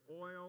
oil